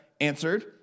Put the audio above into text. answered